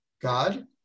God